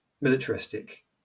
militaristic